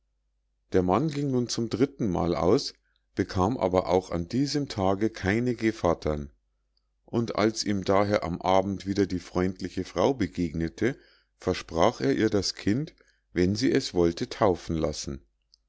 der mann ging nun zum dritten mal aus bekam aber auch an diesem tage keine gevattern und als ihm daher am abend wieder die freundliche frau begegnete versprach er ihr das kind wenn sie es wollte taufen lassen